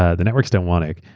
ah the networks don't want it.